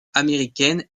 américaine